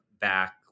back